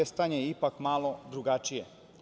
Stanje je ipak malo drugačije.